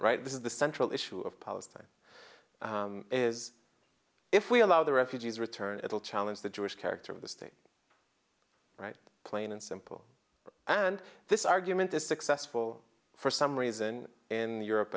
right this is the central issue of palestine is if we allow the refugees return it will challenge the jewish character of the state right plain and simple and this argument is successful for some reason in europe